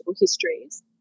histories